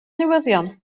newyddion